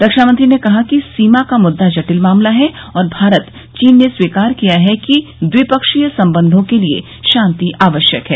रक्षामंत्री ने कहा कि सीमा का मुद्दा जटिल मामला है और भारत चीन ने स्वीकार किया है कि द्विपक्षीय संबंधों के लिए शांति आवश्यक है